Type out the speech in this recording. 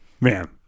Man